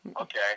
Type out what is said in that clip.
Okay